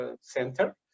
center